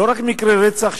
לא רק מקרי רצח,